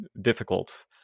difficult